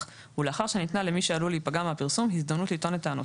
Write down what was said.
ולאחר שניתנה למי שעלול להיפגע מהפרסום הזדמנות לטעון את טענותיו.